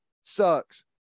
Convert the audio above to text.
sucks